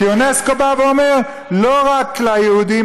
כי אונסק"ו אומר: לא רק ליהודים